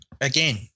again